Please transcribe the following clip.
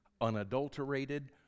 unadulterated